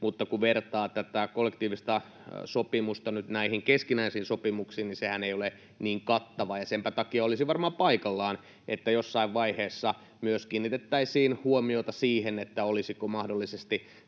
Mutta kun vertaa tätä kollektiivista sopimusta nyt näihin keskinäisiin sopimuksiin, niin sehän ei ole niin kattava. Senpä takia olisi varmaan paikallaan, että jossain vaiheessa myös kiinnitettäisiin huomiota siihen, olisiko mahdollisesti